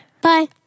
Bye